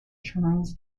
charles